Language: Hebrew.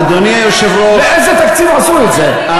אדוני היושב-ראש, באיזה תקציב עשו את זה?